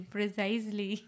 Precisely